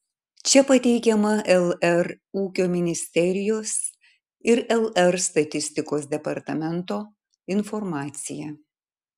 čia pateikiama lr ūkio ministerijos ir lr statistikos departamento informacija